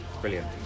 brilliant